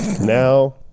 Now